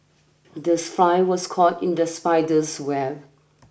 this fly was caught in the spider's web